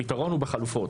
הפתרון הוא בחלופות,